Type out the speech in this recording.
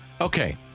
Okay